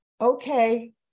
okay